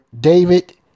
David